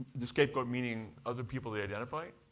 the scapegoat meaning other people they identify?